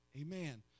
amen